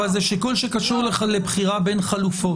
אבל זה שיקול שקשור לבחירה בין חלופות.